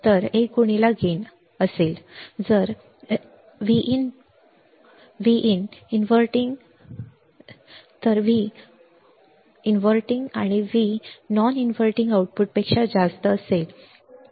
जर विनवर्टिंग व्हीनॉन इनव्हर्टिंग आउटपुटपेक्षा जास्त असेल तर नकारात्मक बरोबर